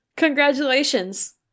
Congratulations